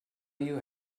you